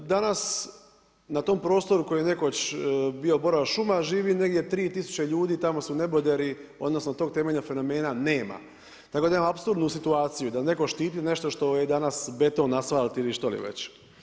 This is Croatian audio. Danas na tom prostoru koji je nekoć bio borova šuma živi negdje tri tisuće ljudi, tamo su neboderi odnosno tog temeljnog fenomena nema. tako da imamo apsurdnu situaciju da neko štiti nešto što je danas beton, asfalt ili što li već.